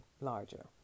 larger